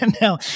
now